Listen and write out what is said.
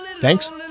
Thanks